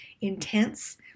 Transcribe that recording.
intense